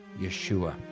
yeshua